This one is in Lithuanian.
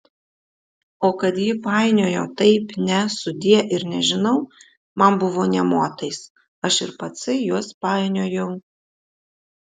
o kad ji painiojo taip ne sudie ir nežinau man buvo nė motais aš ir patsai juos painiojau